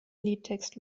liedtext